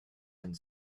and